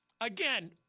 Again